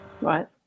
Right